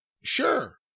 sure